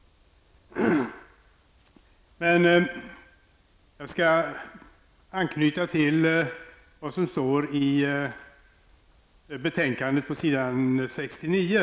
Jag skall anknyta till vad som står i betänkandet på s. 69.